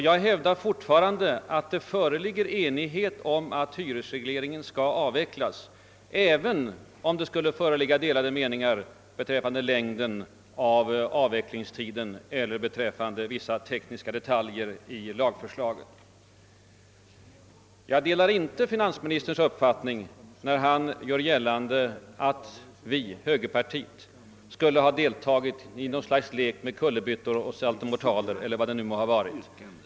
Jag hävdar fortfarande att det föreligger enighet om att hyresregleringen skall avvecklas, även om det skulle råda delade meningar om längden av avvecklingstiden eller om vissa tekniska detaljer i lagförslaget. Jag delar naturligtvis inte finansministerns uppfattning när han gör gällande, att vi inom högerpartiet skulle ha deltagit i något slags lek med kullerbyttor eller saltomortaler.